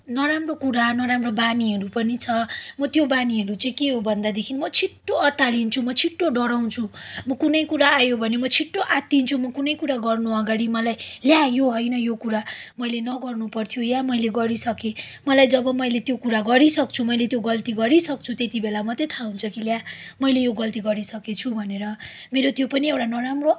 नराम्रो कुरा नराम्रो बानीहरू पनि छ म त्यो बानीहरू चाहिँ के हो भन्दादेखि म छिट्टो अत्तालिन्छु म छिटो डराउँछु म कुनै कुरा आयो भने म छिट्टो आत्तिन्छु म कुनै कुरा गर्नु अगाडि मलाई ला यो होइन यो कुरा मैले नगर्नु पर्थ्यो या मैले गरिसकेँ मलाई जब मैले त्यो कुरा गरिसक्छु मैले त्यो गल्ती गरिसक्छु त्यति बेला मात्रै थाहा हुन्छ कि ला मैले यो गल्ती गरिसकेछु भनेर मेरो त्यो पनि एउटा नराम्रो